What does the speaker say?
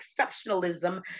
exceptionalism